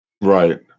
Right